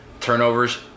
turnovers